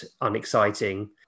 unexciting